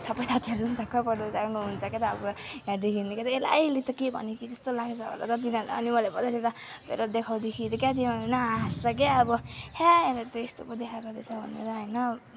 सबै साथीहरू पनि छक्क परिरहनु हुन्छ के त अब ला यसले त के भनेकी जस्तो लाग्छ होला त तिनीहरूलाई अनि मैले तेरो देखादेखी क्या तिनीहरू पनि हाँस्छ क्या अब हे यसले त यस्तो पो देखाएको रहेछ भनेर होइन